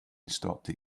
stopped